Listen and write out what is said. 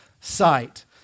sight